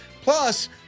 Plus